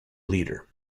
leader